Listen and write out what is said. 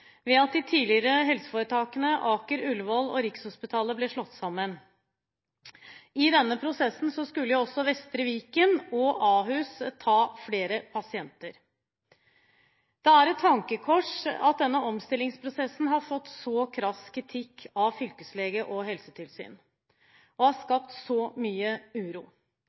ved at de tidligere helseforetakene Aker, Ullevål og Rikshospitalet ble slått sammen. I denne prosessen skulle også Vestre Viken og Ahus ta flere pasienter. Det er et tankekors at denne omstillingsprosessen har fått så krass kritikk av fylkeslege og helsetilsyn og har skapt så mye uro.